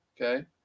Okay